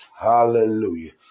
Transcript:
Hallelujah